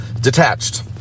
detached